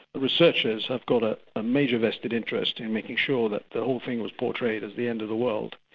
the researchers have got a ah major vested vested interest in making sure that the whole thing was portrayed as the end of the world,